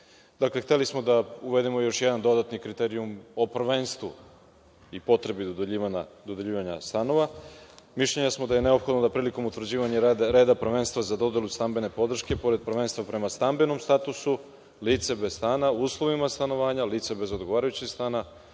hteli smo da uvedemo još jedan dodatni kriterijum o prvenstvu i potrebi dodeljivanja stanova. Mišljenja smo da je neophodno da prilikom utvrđivanja reda prvenstva za dodelu stambene podrške, pored prvenstva prema stambenom statusu, lice bez stana, u uslovima stanovanja, lice bez odgovarajućeg stana,